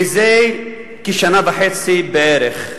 לפני שנה וחצי בערך.